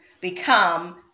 become